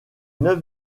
neuf